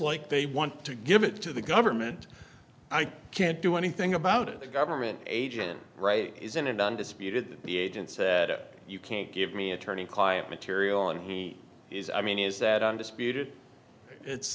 like they want to give it to the government i can't do anything about it the government agent right isn't it undisputed that the agent said you can't give me attorney client material and he is i mean is that undisputed it's